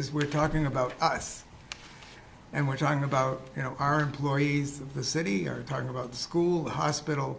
is we're talking about us and we're talking about you know our glories of the city are talking about school hospital